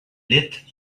lit